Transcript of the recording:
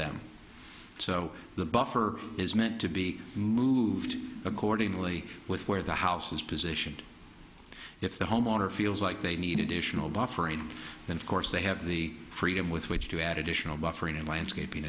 them so the buffer is meant to be moved accordingly with where the house is positioned if the homeowner feels like they need additional buffer and then of course they have the freedom with which to add additional buffering and landscaping